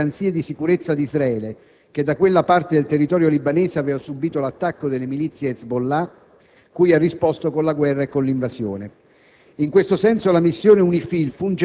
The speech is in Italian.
ciò fornirebbe, di conseguenza, garanzie di sicurezza ad Israele, che da quella parte del territorio libanese aveva subito l'attacco delle milizie Hezbollah cui ha risposto con la guerra e l'invasione.